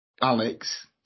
Alex